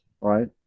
right